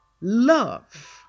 love